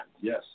Yes